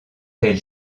tel